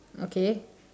okay